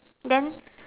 then